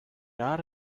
are